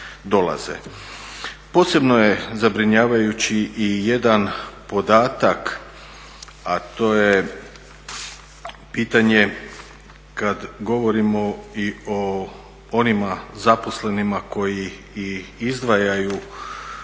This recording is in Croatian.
Posebno je zabrinjavajući i jedan podatak, a to je pitanje kad govorimo i o onima zaposlenima koji i izdvajaju u mirovinske